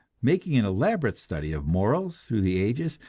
making an elaborate study of morals through the ages,